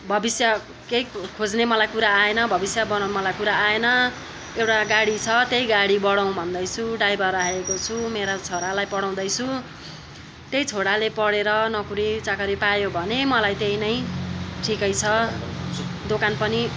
भविष्य केही खोज्ने मलाई कुरा आएन भविष्य बनाउँ मलाई कुरा आएन एउटा गाडी छ त्यही गाडी बढाउँ भन्दैछु ड्राइभर राखेको छु मेरा छोरालाई पढाउँदैछु त्यही छोराले पढेर नोकरीचाकरी पायो भने मलाई त्यही नै ठिकै छ दोकान पनि